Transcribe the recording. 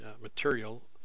material